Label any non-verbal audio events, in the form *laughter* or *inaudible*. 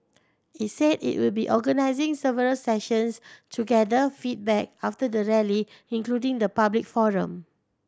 it said it will be organising several sessions to gather feedback after the Rally including a public *unintelligible*